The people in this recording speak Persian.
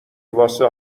واسه